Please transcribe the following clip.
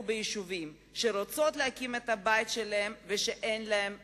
ביישובים ורוצות להקים את הבית שלהן ואין להן איפה.